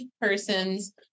person's